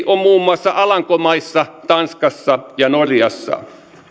on muun maussa alankomaissa tanskassa ja norjassa